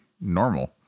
normal